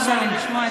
אתה נוסע לחופשה,